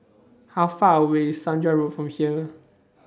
How Far away IS Saujana Road from here